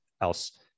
else